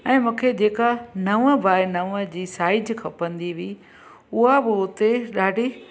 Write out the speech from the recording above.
ऐं मूंखे जेका नव बाए नव जी साइज खपंदी हुई उहा बि हुते ॾाढी